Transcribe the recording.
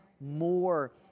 more